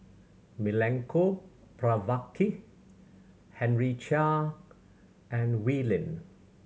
Milenko Prvacki Henry Chia and Wee Lin